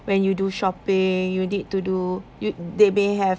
when you do shopping you need to do you they may have